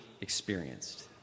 experienced